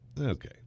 okay